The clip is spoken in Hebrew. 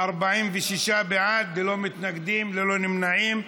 46 בעד, ללא מתנגדים, ללא נמנעים,